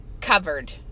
covered